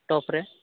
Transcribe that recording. ଟପ୍ରେ